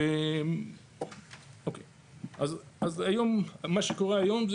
מה שקורה היום,